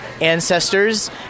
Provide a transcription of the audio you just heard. ancestors